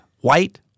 white